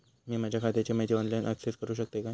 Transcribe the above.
मी माझ्या खात्याची माहिती ऑनलाईन अक्सेस करूक शकतय काय?